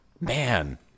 man